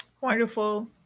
Wonderful